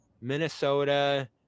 Minnesota